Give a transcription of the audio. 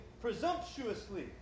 presumptuously